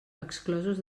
exclosos